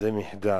זה מחדל,